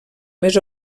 més